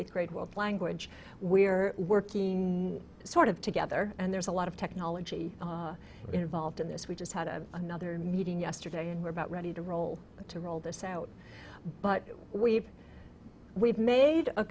eighth grade world language we're working sort of together and there's a lot of technology involved in this we just had a nother meeting yesterday and we're about ready to roll to roll this out but we've we've made a